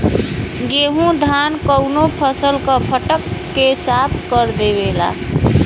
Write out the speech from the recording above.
गेहू धान कउनो फसल क फटक के साफ कर देवेला